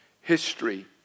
history